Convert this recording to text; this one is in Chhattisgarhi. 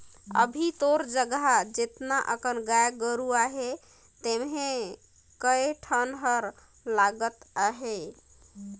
अभी तोर जघा जेतना अकन गाय गोरु अहे तेम्हे कए ठन हर लगत अहे